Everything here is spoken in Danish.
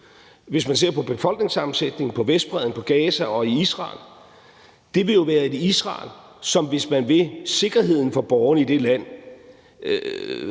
hvis man ser på befolkningssammensætningen på Vestbredden, i Gaza og i Israel, være et Israel, som, hvis man vil sikkerheden for borgerne i det land,